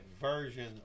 version